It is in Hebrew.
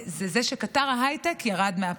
זה שקטר ההייטק ירד מהפסים.